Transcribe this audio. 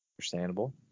Understandable